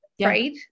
right